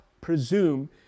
presume